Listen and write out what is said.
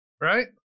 right